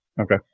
okay